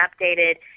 updated